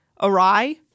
awry